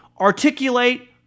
articulate